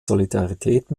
solidarität